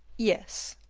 yes.